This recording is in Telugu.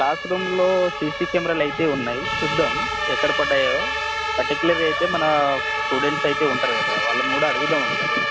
క్లాస్ రూమ్ంలో సిసీ కెమెరాలు అయితే ఉన్నాయి చూద్దాం ఎక్కడ పడ్డాయో పర్టిక్యులర్ అయితే మన స్టూడెంట్స్ అయితే ఉంటారు కదా వాళ్ళని కూడా అడుగుదాం ఒకసారి